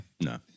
No